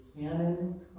canon